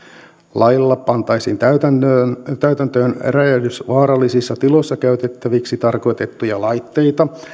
lailla pantaisiin täytäntöön täytäntöön räjähdysvaarallisissa tiloissa käytettäviksi tarkoitettuja laitteita